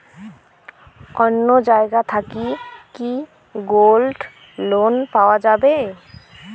অন্য জায়গা থাকি কি গোল্ড লোন পাওয়া যাবে?